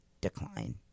decline